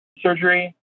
surgery